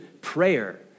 prayer